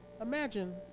Imagine